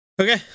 Okay